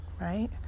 Right